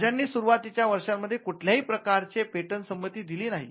राजांनी सुरुवातीच्या वर्षांमध्ये कुठल्याही प्रकारचे पेटंट संमती दिली नाही